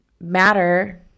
matter